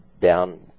down